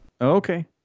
Okay